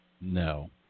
no